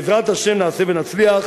בעזרת השם נעשה ונצליח.